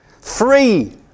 free